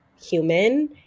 human